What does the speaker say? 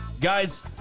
Guys